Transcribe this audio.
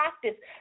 practice